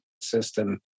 system